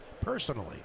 personally